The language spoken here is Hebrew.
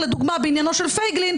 לדוגמה בעניינו של פייגלין,